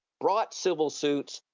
brought civil suits,